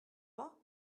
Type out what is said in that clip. pas